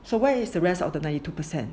so where is the rest of the ninety two percent